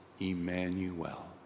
Emmanuel